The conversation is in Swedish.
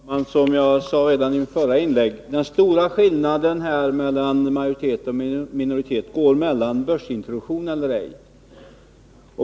Herr talman! Som jag sade redan i mitt förra inlägg gäller den stora skillnaden mellan majoritet och minoritet om det skall vara börsintroduktion eller ej.